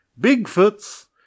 Bigfoots